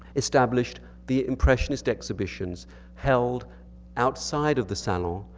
established the impressionist exhibitions held outside of the salon,